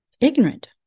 Ignorant